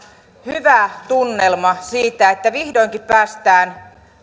hyvä tunnelma siitä että vihdoinkin päästään